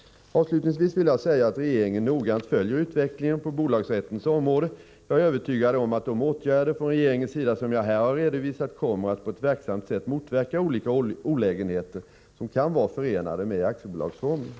Avslutningsvis vill jag säga att regeringen noggrant följer utvecklingen på bolagsrättens område. Jag är övertygad om att de åtgärder från regeringens sida som jag här har redovisat kommer att på ett verksamt sätt motverka olika olägenheter som kan vara förenade med aktiebolagsformen.